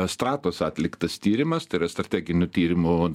stratos atliktas tyrimas tai yra strateginių tyrimų